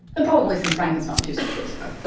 and probably since frankenstein two centuries ago.